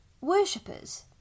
worshippers